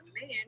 man